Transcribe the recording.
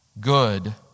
good